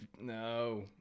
No